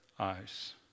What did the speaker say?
eyes